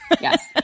Yes